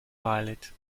violet